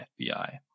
FBI